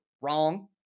wrong